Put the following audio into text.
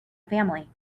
family